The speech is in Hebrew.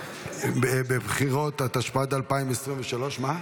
בבחירות), התשפ"ד 2023. סדרנים,